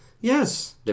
Yes